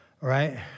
Right